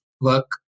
work